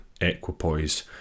equipoise